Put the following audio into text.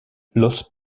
los